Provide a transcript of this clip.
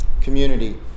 community